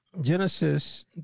Genesis